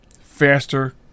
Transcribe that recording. faster